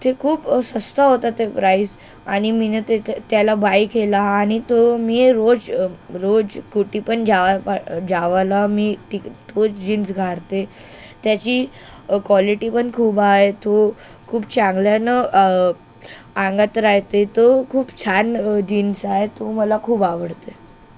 ते खूप सस्ता होता ते प्राईस आणि मी ना ते त्याला बाय केला आणि तो मी रोज रोज कुठेपण जा जावाला मी ती तोच जीन्स घालते त्याची क्वालिटीपण खूप आहे तो खूप चांगल्यानं अंगात राहते तो खूप छान जीन्स आहे तो मला खूप आवडते